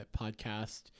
podcast